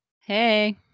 Hey